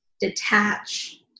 detach